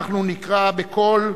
אנחנו נקרא בקול: